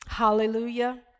hallelujah